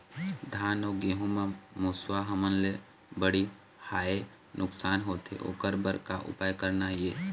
धान अउ गेहूं म मुसवा हमन ले बड़हाए नुकसान होथे ओकर बर का उपाय करना ये?